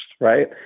right